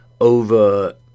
over